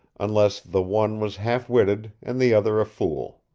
unless the one was half-witted and the other a fool.